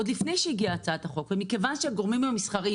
עוד לפני שהגיעה הצעת החוק - ומכיוון שהגורמים המסחריים